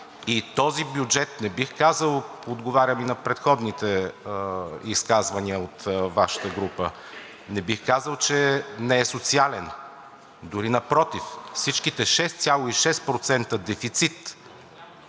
Този бюджет не бих казал – отговарям и на предходните изказвания от Вашата група, не бих казал, че не е социален, дори напротив, всичките 6,6% дефицит…